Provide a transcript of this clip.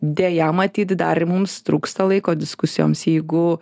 deja matyt dar mums trūksta laiko diskusijoms jeigu